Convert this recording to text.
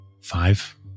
five